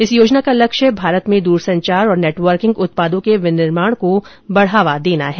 इस योजना का लक्ष्य भारत में दूरसंचार और नेटवर्किंग उत्पादों के विनिर्माण को बढावा देना है